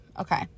Okay